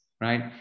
Right